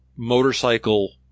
motorcycle